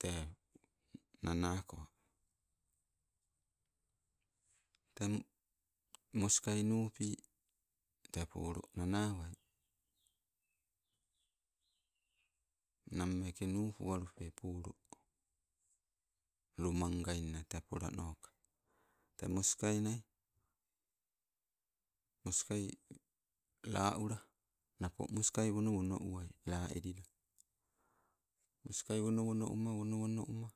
Tee nanako, tee moskai nupi tee polo nanawe. Nammeke nupualupe polo, lomangoina te polanoka. Tee moskai nai, moskai la ula naapo moska wono, meno uwai la elila. Moskai wonowono uma, wonowonoi uma,